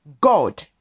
God